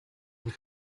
und